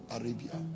arabia